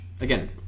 again